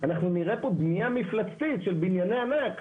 אנחנו נראה פה בנייה מפלצתית של בנייני ענק.